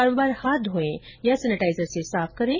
बार बार हाथ धोएं या सेनेटाइजर से साफ करें